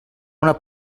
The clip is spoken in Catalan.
una